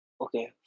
okay